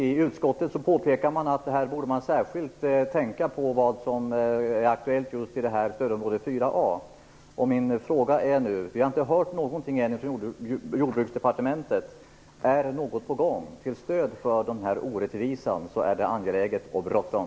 I utskottet påpekas att man särskilt bör tänka på vad som är aktuellt i just stödområde 4A. Vi har inte hört någonting från Jordbruksdepartementet. Är något på gång för att rätta till orättvisan är det angeläget och bråttom.